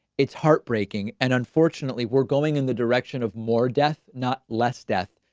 it's heartbreaking. and unfortunately, we're going in the direction of more death, not less death.